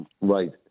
Right